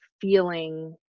feeling